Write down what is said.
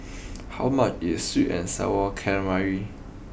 how much is sweet and Sour Calamari